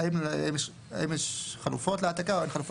האם יש חלופות להעתקה או לא,